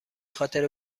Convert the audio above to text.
خاطر